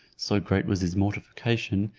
so great was his mortification,